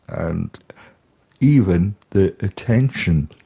and even the attention.